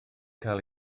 cael